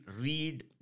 read